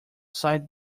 sight